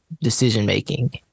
decision-making